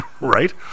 right